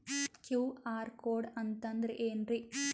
QR code ಅಂತಂದ್ರ ಏನ್ರೀ?